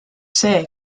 see